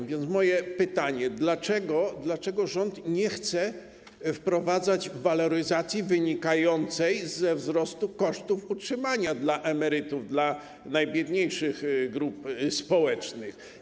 A więc moje pytanie: Dlaczego rząd nie chce wprowadzać waloryzacji wynikającej ze wzrostu kosztów utrzymania dla emerytów, dla najbiedniejszych grup społecznych?